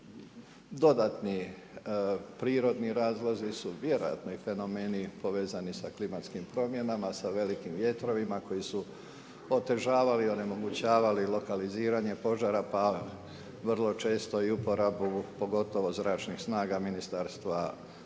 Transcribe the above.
Dodatni prirodni razlozi su vjerojatno i fenomeni povezani sa klimatskim promjenama, sa velikim vjetrovima koji su otežavali i onemogućavali lokaliziranje požara pa vrlo često i uporabu pogotovo zračnih snaga Ministarstva obrane